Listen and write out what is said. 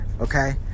Okay